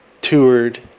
toured